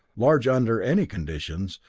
large under any conditions,